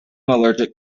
allergic